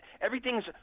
everything's